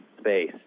space